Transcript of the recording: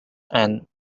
and